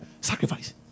Sacrifice